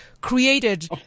created